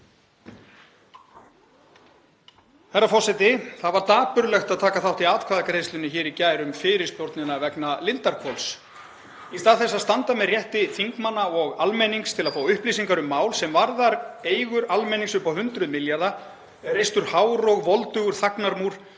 Það var dapurlegt að taka þátt í atkvæðagreiðslunni í gær um fyrirspurnina vegna Lindarhvols. Í stað þess að standa með rétti þingmanna og almennings til að fá upplýsingar um mál sem varðar eigur almennings upp á hundruð milljarða er reistur hár og voldugur þagnarmúr